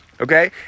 Okay